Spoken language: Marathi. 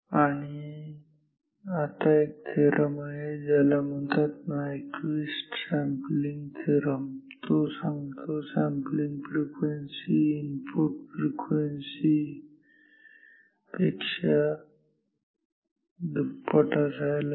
आणि एक थेरम आहे ज्याला म्हणतात नायक्वीस्ट सॅम्पलिंग थेरम जो सांगतो सॅम्पलिंग फ्रिक्वेन्सी इनपुट फ्रिक्वेन्सी पेक्षा दुप्पट असायला हवी